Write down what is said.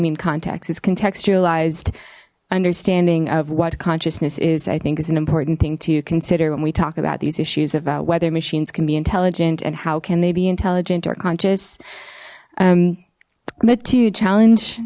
contextualized understanding of what consciousness is i think is an important thing to consider when we talk about these issues about whether machines can be intelligent and how can they be intelligent or conscious but to challenge